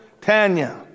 Tanya